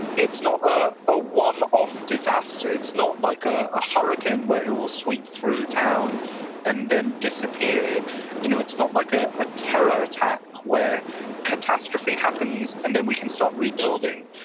it's not ah a one off disaster. it's not like a hurricane where it will sweep through town and then disappear you know, it's not like a a terror attack where catastrophe happens and then we can start rebuilding.